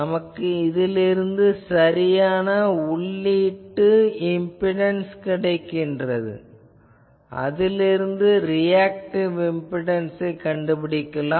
நமக்கு இதிலிருந்து சரியான உள்ளீட்டு இம்பிடன்ஸ் கிடைக்கிறது அதிலிருந்து ரியாக்டிவ் இம்பிடன்ஸ் கண்டுபிடிக்கலாம்